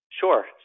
Sure